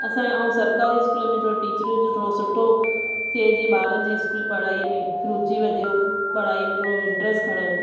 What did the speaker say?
असां ऐं सरकारी स्कूल में थोरो टीचरनि जो थोरो सुठो थिए जीअं ॿारनि जी स्कूल पढ़ाईअ में रूची वधेव पढ़ाईअ में थोरो इंट्रस्ट खणनि